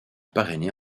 parrainé